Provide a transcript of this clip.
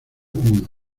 uno